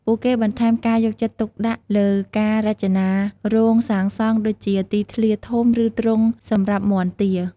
ពួកគេបន្ថែមការយកចិត្តទុកដាក់លើការរចនារោងសាងសង់ ដូចជា ទីធ្លាធំ ឬទ្រុងសម្រាប់មាន់ ទា ។